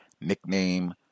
nickname